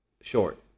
Short